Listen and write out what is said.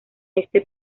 este